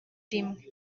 rimwe